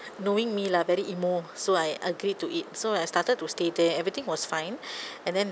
knowing me lah very emo so I agreed to it so I started to stay there everything was fine and then